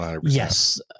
Yes